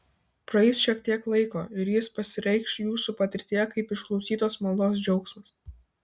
praeis šiek tiek laiko ir jis pasireikš jūsų patirtyje kaip išklausytos maldos džiaugsmas